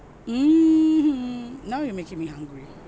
mmhmm now you're making me hungry